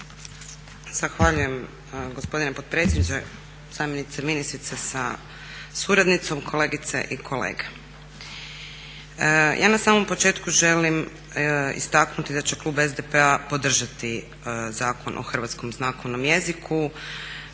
Zahvaljujem gospodine potpredsjedniče, zamjenice ministrice sa suradnicom, kolegice i kolege. Ja na samom početku želim istaknuti da će klub SDP-a podržati Zakon o hrvatskom znakovnom jeziku